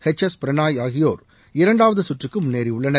H S Prannoy ஆகியோர் இரண்டாவது கற்றுக்கு முன்னேறியுள்ளனர்